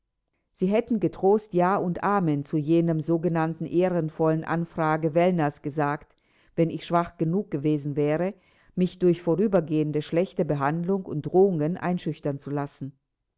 sie hätten getrost ja und amen zu jenem sogenannten ehrenvollen antrage wellners gesagt wenn ich schwach genug gewesen wäre mich durch vorhergehende schlechte behandlung und drohungen einschüchtern zu lassen